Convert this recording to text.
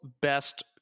best